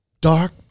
dark